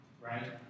right